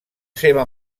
seva